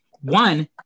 one